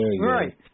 Right